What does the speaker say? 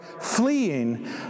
fleeing